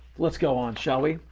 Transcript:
let's go on, shall we?